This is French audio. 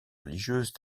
religieuse